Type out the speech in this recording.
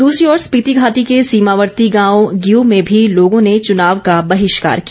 दूसरी ओर स्पीति घाटी के सीमावर्ती गांव ग्यू में भी लोगों ने चुनाव का बहिष्कार किया